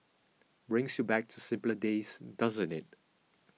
brings you back to simpler days doesn't it